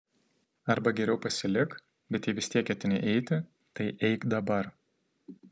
arba geriau pasilik bet jei vis tiek ketini eiti tai eik dabar